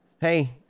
hey